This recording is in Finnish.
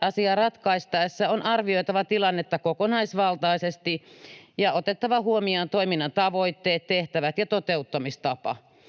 asiaa ratkaistaessa on arvioitava tilannetta kokonaisvaltaisesti ja otettava huomioon toiminnan tavoitteet, tehtävät ja toteuttamistapa.